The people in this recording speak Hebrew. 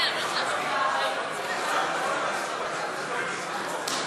סיעת המחנה הציוני להביע אי-אמון בממשלה לא נתקבלה.